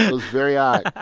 ah very odd.